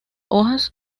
hojas